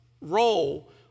role